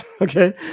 okay